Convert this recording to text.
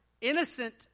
innocent